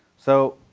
so,